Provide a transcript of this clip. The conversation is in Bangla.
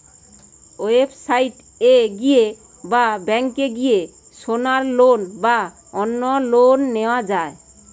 ওয়েবসাইট এ গিয়ে বা ব্যাংকে গিয়ে সোনার লোন বা অন্য লোন নেওয়া যায়